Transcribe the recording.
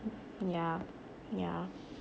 yeah yeah